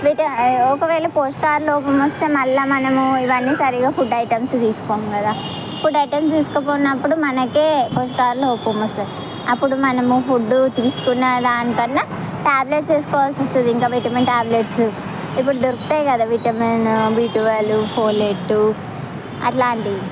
ఒకవేళ పోషకాహార లోపం వస్తే మళ్ళ మనము ఇవన్నీ సరిగ్గా ఫుడ్ ఐటమ్స్ తీసుకోము కదా ఫుడ్ ఐటమ్స్ తీసుకోపోనప్పుడు మనకే పోషకాహార లోపం వస్తుంది అప్పుడు మనం ఫుడ్డు తీసుకున్న దానికన్నా టాబ్లెట్స్ వేసుకోవాల్సి వస్తుంది ఇంకా విటమిన్ టాబ్లెట్స్ ఇప్పుడు దొరుకుతాయి కదా విటమిన్ బిటువల్ పోలెట్టు అట్లాంటియి